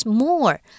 more